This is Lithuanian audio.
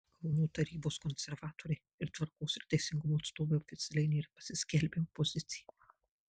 kauno tarybos konservatoriai ir tvarkos ir teisingumo atstovai oficialiai nėra pasiskelbę opozicija